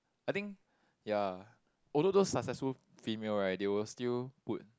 I think ya although those successful female right they would still would